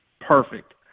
perfect